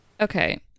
Okay